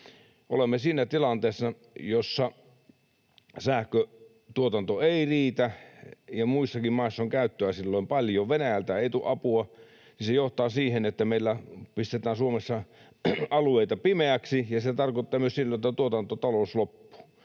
olemme siinä tilanteessa, että sähköntuotanto ei riitä, ja kun muissakin maissa on käyttöä silloin paljon, Venäjältä ei tule apua, niin se johtaa siihen, että meillä pistetään Suomessa alueita pimeäksi, ja se tarkoittaa myös silloin, että tuotantotalous loppuu.